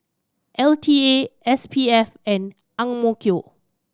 L T A S P F and AMK